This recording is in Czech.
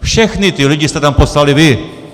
Všechny ty lidi jste tam poslali vy!